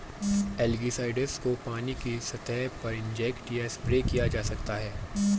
algicides को पानी की सतह पर इंजेक्ट या स्प्रे किया जा सकता है